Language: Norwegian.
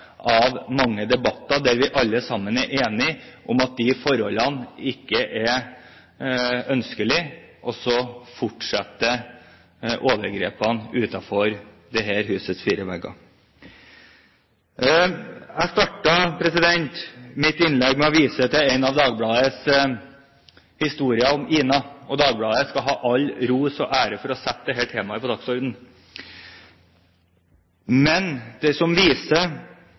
av mange debatter der vi alle sammen er enige om at forholdene ikke er ønskelige, og så fortsetter overgrepene utenfor dette husets fire vegger. Jeg startet mitt innlegg med å vise til en av Dagbladets historier, om Ina. Dagbladet skal ha all ros og ære for å sette dette temaet på dagsordenen. Men